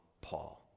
Paul